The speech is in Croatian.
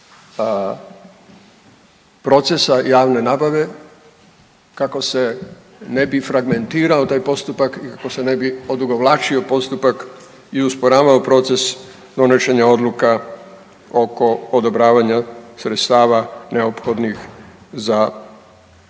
procesa javne nabave kako se ne bi fragmentirao taj postupak i kako se ne bi odugovlačio postupak i usporavao proces donošenja odluka oko odobravanja sredstava neophodnih za obnovu.